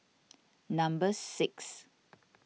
number six